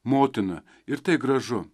motina ir tai gražu